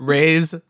Raise